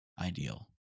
ideal